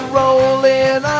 rolling